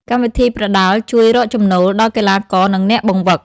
កម្មវិធីប្រដាល់ជួយ រកចំណូល ដល់កីឡាករនិងអ្នកបង្វឹក។